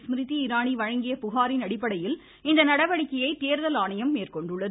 ஸ்மிருதி இராணி வழங்கிய புகாரின் அடிப்படையில் இந்நடவடிக்கையை தேர்தல் ஆணையம் மேற்கொண்டுள்ளது